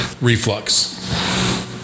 reflux